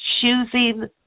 choosing